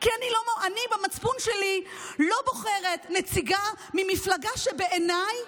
כי אני במצפון שלי לא בוחרת נציגה ממפלגה שבעיניי,